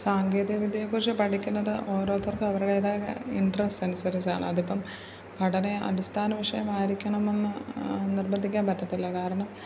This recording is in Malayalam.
സാങ്കേതികവിദ്യയെ കുറിച്ച് പഠിക്കുന്നത് ഓരോരുത്തർക്ക് അവരുടേതായ ഇൻറ്ററെസ്റ്റ് അനുസരിച്ചാണ് അത് ഇപ്പം പഠനം അടിസ്ഥാന വിഷയം ആയിരിക്കണമെന്ന് നിർബന്ധിക്കാൻ പറ്റത്തില്ല കാരണം